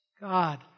God